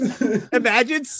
Imagine